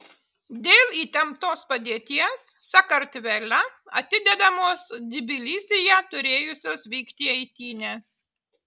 dėl įtemptos padėties sakartvele atidedamos tbilisyje turėjusios vykti eitynės